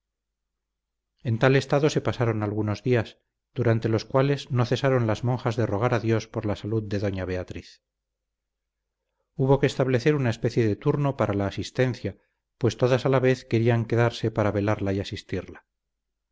en tal estado se pasaron algunos días durante los cuales no cesaron las monjas de rogar a dios por la salud de doña beatriz hubo que establecer una especie de turno para la asistencia pues todas a la vez querían quedarse para velarla y asistirla